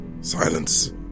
Silence